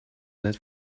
that